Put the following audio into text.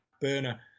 burner